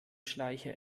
schleicher